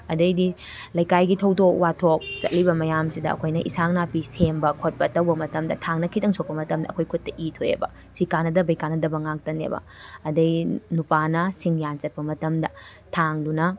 ꯑꯗꯩꯗꯤ ꯂꯩꯀꯥꯏꯒꯤ ꯊꯧꯗꯣꯛ ꯋꯥꯊꯣꯛ ꯆꯠꯂꯤꯕ ꯃꯌꯥꯝꯁꯤꯗ ꯑꯩꯈꯣꯏꯅ ꯏꯟꯁꯥꯡ ꯅꯥꯄꯤ ꯁꯦꯝꯕ ꯈꯣꯠꯄ ꯇꯧꯕ ꯃꯇꯝꯗ ꯊꯥꯡꯅ ꯈꯤꯇꯪ ꯁꯣꯛꯄ ꯃꯇꯝꯗ ꯑꯩꯈꯣꯏ ꯈꯨꯠꯇ ꯏꯊꯣꯛꯑꯦꯕ ꯁꯤ ꯀꯥꯟꯅꯗꯕꯩ ꯀꯥꯟꯅꯗꯕ ꯉꯥꯛꯇꯅꯦꯕ ꯑꯗꯩ ꯅꯨꯄꯥꯅ ꯁꯤꯡ ꯌꯥꯟ ꯆꯠꯄ ꯃꯇꯝꯗ ꯊꯥꯡꯗꯨꯅ